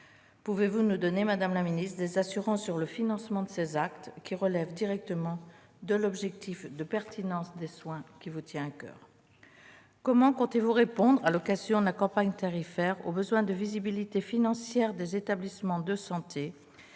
Pouvez-vous nous donner des assurances sur le financement de ces actes, qui relèvent, directement, de l'objectif de pertinence des soins qui vous tient à coeur ? Comment comptez-vous répondre, à l'occasion de la campagne tarifaire, au besoin de visibilité financière des établissements de santé